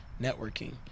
Networking